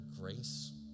grace